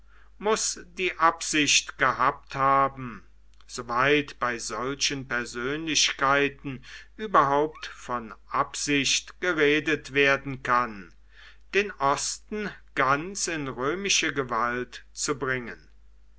muß die absicht gehabt haben soweit bei solchen persönlichkeiten überhaupt von absicht geredet werden kann den osten ganz in römische gewalt zu bringen